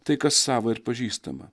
tai kas sava ir pažįstama